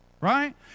Right